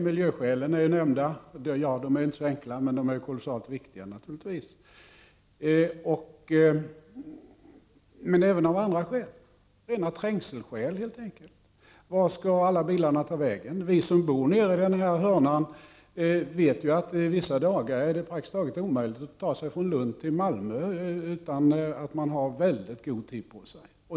Miljöskälen är ju nämnda — en del av dem är inte så enkla, men de är naturligtvis kolossalt viktiga. Men även av andra skäl, t.ex. rena trängsel skäl. Vart skall alla bilarna ta vägen, helt enkelt? Vi som bor nere i den där = Prot. 1989/90:43 hörnan vet att det vissa dagar är praktiskt taget omöjligt att ta sig från Lund 11 december 1989 till Malmö utan att ha väldigt god tid på sig.